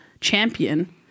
champion